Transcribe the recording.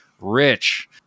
rich